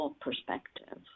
perspective